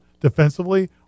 defensively